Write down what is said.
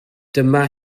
dyma